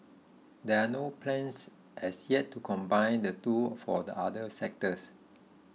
there are no plans as yet to combine the two for other sectors